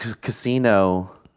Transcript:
Casino